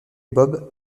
bob